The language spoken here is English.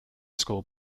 school